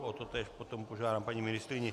O totéž potom požádám paní ministryni.